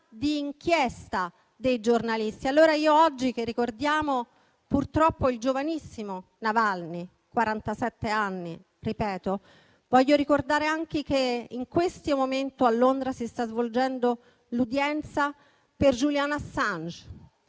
di inchiesta dei giornalisti. Oggi che ricordiamo, purtroppo, il giovanissimo Navalny, quarantasette anni, voglio ricordare anche che in questo momento a Londra si sta svolgendo l'udienza per Julian Assange,